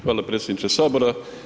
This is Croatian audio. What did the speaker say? Hvala predsjedniče Sabora.